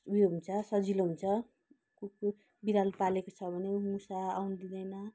उयो हुन्छ सजिलो हुन्छ कुकुर बिरालो पालेको छ भने मुसा आउनु दिँदैन